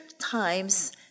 times